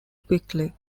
quickly